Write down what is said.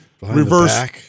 reverse